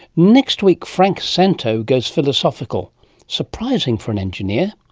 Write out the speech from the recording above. next week frank szanto goes philosophical surprising for an engineer,